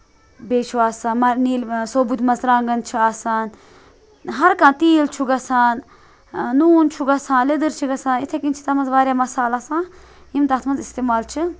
بیٚیہِ چھِ آسان نیٖل مر سوبوتھ مَرژٕوانگَن چھِ آسان ہَر کانٛہہ تیٖل چھُ گَژھان نون چھُ گَژھان لیٚدٕر چھِ گَژھان یِتھاے کٔنۍ چھِ تَتھ مَنٛز واریاہ مسالہٕ آسان یِم تَتھ مَنٛز استعمال چھِ